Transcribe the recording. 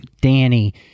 Danny